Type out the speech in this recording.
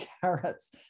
carrots